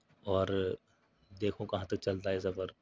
اور دیکھوں کہاں تک چلتا ہے یہ سفر